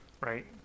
Right